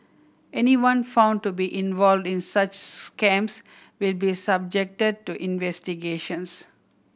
anyone found to be involved in such scams will be subjected to investigations